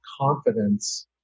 confidence